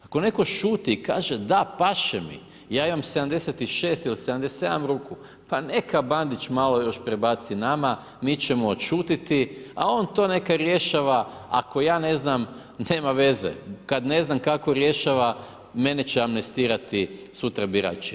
Ako netko šuti i kaže da paše mi ja imam 76 ili 77 ruku pa neka Bandić malo još prebaci nama mi ćemo odšutiti a on to neka rješava ako ja ne znam nema veze kad ne znam kako rješava mene će amnestirati sutra birači.